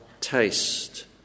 taste